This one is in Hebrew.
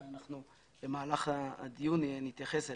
ואנחנו במהלך הדיון נתייחס אליו.